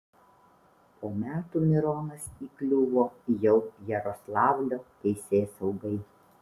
po metų mironas įkliuvo jau jaroslavlio teisėsaugai